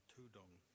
Tudong